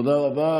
תודה רבה.